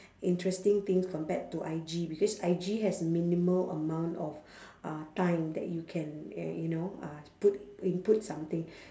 interesting things compared to I_G because I_G has minimal amount of uh time that you can uh you know uh put input something